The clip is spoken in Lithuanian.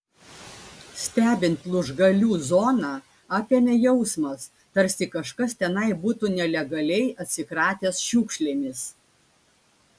stebint lūžgalių zoną apėmė jausmas tarsi kažkas tenai būtų nelegaliai atsikratęs šiukšlėmis